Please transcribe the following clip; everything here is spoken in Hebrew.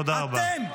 תודה רבה.